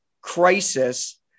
crisis